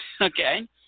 okay